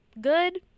good